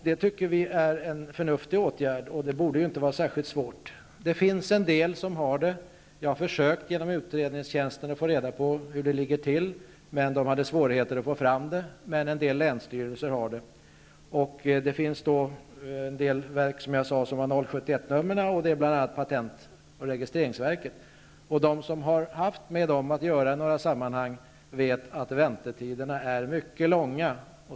Vi tycker att det är en förnuftig åtgärd. Det här borde inte vara särskilt svårt. En del erbjuder den här möjligheten. Jag har genom utredningstjänsten försökt att få reda på hur det förhåller sig. Men man hade svårigheter att få fram uppgifter. En del länsstyrelser har emellertid den här servicen. En del verk har, som sagt, 071-nummer, bl.a. patentoch registreringsverket. Den som har haft med olika verk att göra vet att väntetiderna är mycket långa.